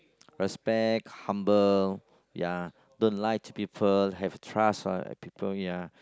respect humble ya don't lie to people have trust for other people ya